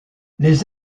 les